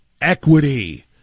equity